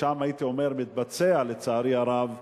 שם, הייתי אומר, מתבצע, לצערי הרב,